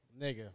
Nigga